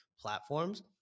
platforms